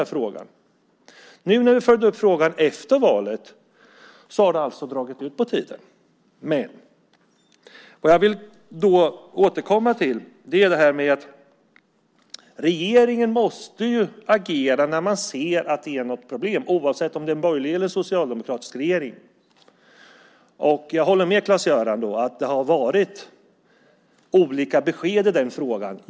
När vi nu följt upp frågan efter valet har den alltså dragit ut på tiden. Jag vill återkomma till att regeringen måste agera när den ser att det finns ett problem, oavsett om det är en borgerlig eller en socialdemokratisk regering. Jag håller med Claes-Göran om att det getts olika besked i frågan.